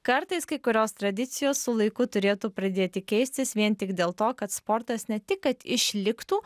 kartais kai kurios tradicijos su laiku turėtų pradėti keistis vien tik dėl to kad sportas ne tik kad išliktų